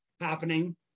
happening